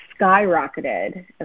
skyrocketed